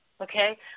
Okay